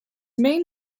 main